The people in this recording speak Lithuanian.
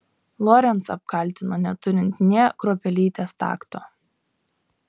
lorencą apkaltino neturint nė kruopelytės takto